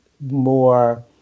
more